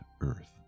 Earth